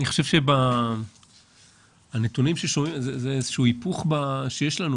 אני חושב שהנתונים ששומעים זה היפוך שיש לנו.